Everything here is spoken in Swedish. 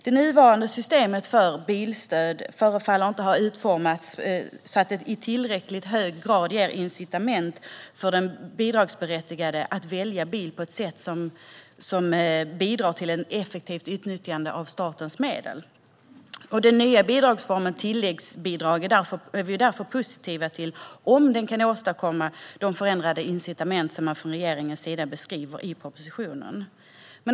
Det nuvarande systemet för bilstöd förefaller inte ha utformats så att det i tillräckligt hög grad ger incitament för den bidragsberättigade att välja bil på ett sätt som bidrar till ett effektivt utnyttjande av statens medel. Vi är därför positiva till den nya bidragsformen tilläggsbidrag, om den kan åstadkomma de förändrade incitament man från regeringens sida beskriver i propositionen.